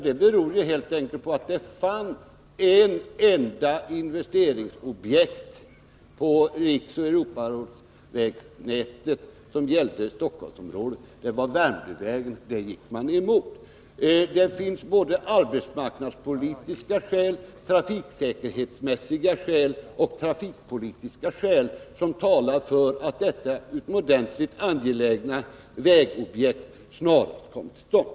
Den beror helt enkelt på att det fanns ett enda investeringsobjekt på Europavägnätet som gällde Stockholmsområdet, nämligen Värmdövägen, och det gick centern emot. Det finns både arbetsmarknadspolitiska skäl, trafiksäkerhetsmässiga skäl och trafikpolitiska skäl som talar för att detta utomordentligt angelägna vägobjekt snarast bör komma till stånd.